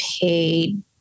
paid